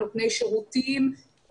נותני שירותים,